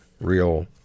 real